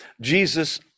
Jesus